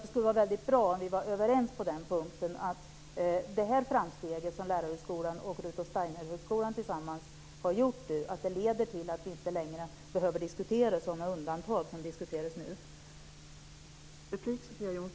Det skulle vara väldigt bra om vi var överens om att det här framsteget som Lärarhögskolan i Stockholm och Rudolf Steiner-högskolan tillsammans har gjort leder till att vi inte längre behöver diskutera sådana undantag som nu diskuteras.